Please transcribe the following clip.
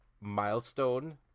milestone